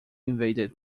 invaded